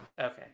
Okay